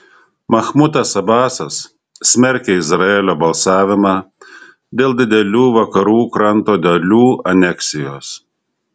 machmudas abasas smerkia izraelio balsavimą dėl didelių vakarų kranto dalių aneksijos